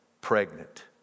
pregnant